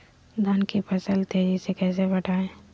धान की फसल के तेजी से कैसे बढ़ाएं?